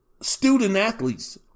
student-athletes